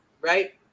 Right